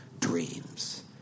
dreams